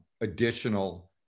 additional